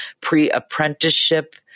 pre-apprenticeship